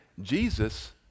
Jesus